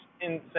insane